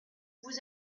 vous